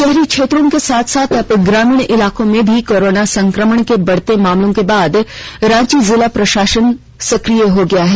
शहरी क्षेत्रों के साथ साथ अब ग्रामीण इलाकों में भी कोरोना संक्रमण के बढ़ते मामलों के बाद रांची जिला प्रशासन सक्रिय हो गया है